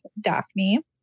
Daphne